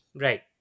Right